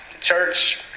Church